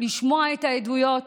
לשמוע את העדויות